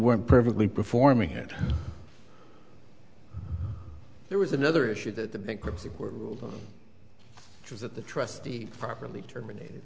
weren't perfectly performing it there was another issue that we're just at the trustee properly terminated